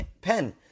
pen